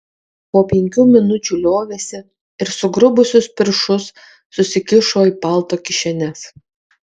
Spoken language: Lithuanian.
po penkių minučių liovėsi ir sugrubusius piršus susikišo į palto kišenes